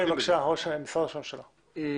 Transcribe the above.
אני